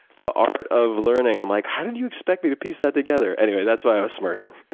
the art of learning. i'm like, how did you expect me to piece that together? anyway, that's why i was smirking.